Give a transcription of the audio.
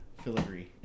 filigree